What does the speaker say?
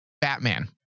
Batman